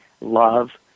love